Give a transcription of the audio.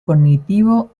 cognitivo